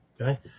Okay